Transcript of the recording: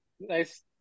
nice